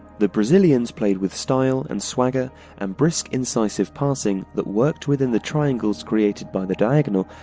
the brazilians played with style and swagger and brisk, incisive passing that worked within the triangles created by the diagonal,